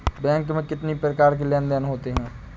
Bank में कितनी प्रकार के लेन देन देन होते हैं?